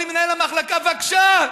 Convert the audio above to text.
אומר לי מנהל המחלקה: בבקשה,